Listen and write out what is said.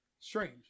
Strange